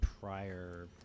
prior